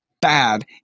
bad